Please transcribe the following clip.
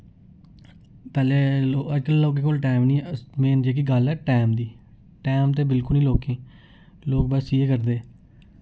पैह्ले लो अजकल लोकें कोल टाइम नेईं ऐ मेन जेह्की गल्ल ऐ टाइम दी टाइम बिल्कुल नि लोकें लोक बस इ'यै करदे